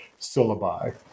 syllabi